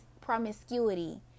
promiscuity